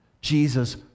Jesus